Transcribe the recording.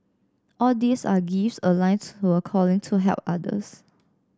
all these are gifts aligned to a calling to help others